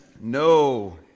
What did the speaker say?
No